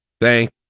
Thank